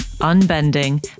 Unbending